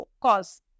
cause